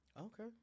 Okay